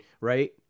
right